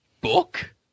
book